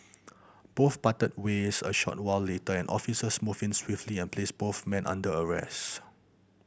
both parted ways a short while later and officers moved in swiftly and placed both men under arrest